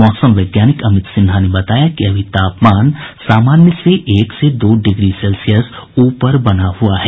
मौसम वैज्ञानिक अमित सिन्हा ने बताया कि अभी तापमान सामान्य से एक से दो डिग्री सेल्सियस ऊपर बना हुआ है